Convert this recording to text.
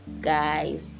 guys